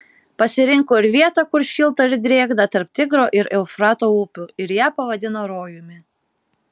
parinko ir vietą kur šilta ir drėgna tarp tigro ir eufrato upių ir ją pavadino rojumi